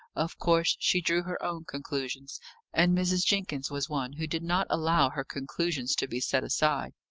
of course, she drew her own conclusions and mrs. jenkins was one who did not allow her conclusions to be set aside.